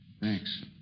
Thanks